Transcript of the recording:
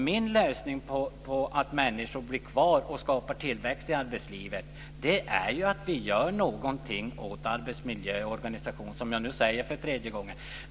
Min lösning för att människor ska bli kvar och skapa tillväxt i arbetslivet är att vi gör någonting åt arbetsmiljö och organisation, som jag nu säger för tredje gången.